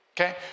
Okay